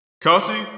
Cassie